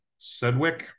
Sedwick